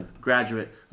graduate